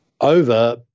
over –